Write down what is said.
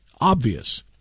obvious